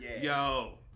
Yo